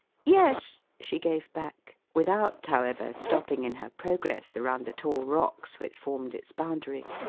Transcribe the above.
yes, she gave back, without, however, stopping in her progress around the tall rocks which formed its boundary.